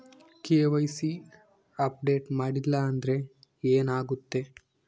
KYC update ಮಾಡಿಲ್ಲ ಅಂದ್ರೆ ಏನಾಗುತ್ತೆ?